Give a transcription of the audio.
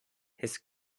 his